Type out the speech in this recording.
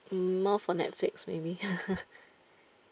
mm more for netflix maybe